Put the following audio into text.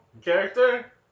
character